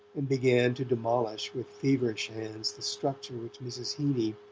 and began to demolish with feverish hands the structure which mrs. heeny,